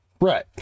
Right